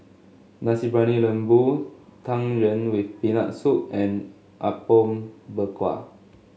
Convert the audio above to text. Nasi Briyani Lembu Tang Yuen with Peanut Soup and Apom Berkuah